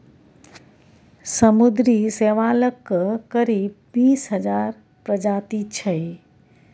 समुद्री शैवालक करीब बीस हजार प्रजाति छै